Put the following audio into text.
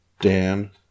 Dan